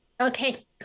okay